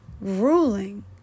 ruling